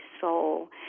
soul